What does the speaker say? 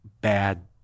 bad